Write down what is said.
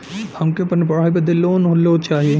हमके अपने पढ़ाई बदे लोन लो चाही?